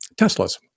Teslas